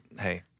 hey